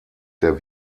der